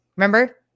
Remember